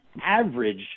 average